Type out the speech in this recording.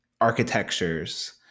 architectures